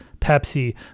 Pepsi